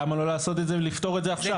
למה לא לעשות את זה ולפתור את זה עכשיו?